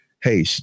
Hey